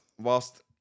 whilst